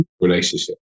relationship